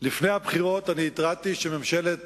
לפני הבחירות התרעתי שממשלת